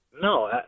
No